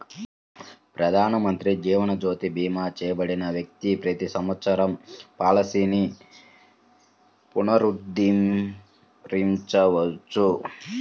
ప్రధానమంత్రి జీవన్ జ్యోతి భీమా చేయబడిన వ్యక్తి ప్రతి సంవత్సరం పాలసీని పునరుద్ధరించవచ్చు